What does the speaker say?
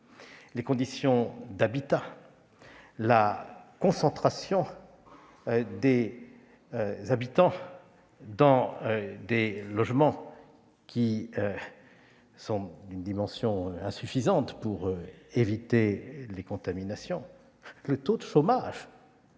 les conditions d'habitat, la concentration des habitants dans des logements d'une dimension insuffisante pour éviter les contaminations, le taux de chômage,